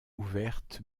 ouverte